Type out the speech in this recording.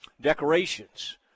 decorations